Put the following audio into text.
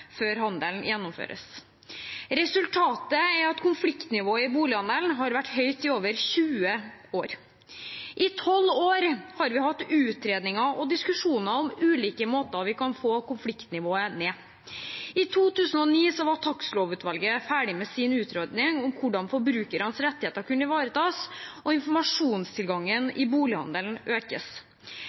før handelen gjennomføres. Resultatet er at konfliktnivået i bolighandelen har vært høyt i over 20 år. I tolv år har vi hatt utredninger og diskusjoner om ulike måter vi kan få konfliktnivået ned på. I 2009 var takstlovutvalget ferdig med sin utredning om hvordan forbrukernes rettigheter kunne ivaretas og informasjonstilgangen i bolighandelen økes.